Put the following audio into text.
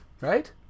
Right